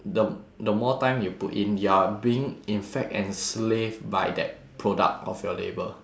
the the more time you put in you're being in fact enslaved by that product of your labour